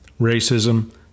Racism